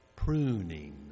Pruning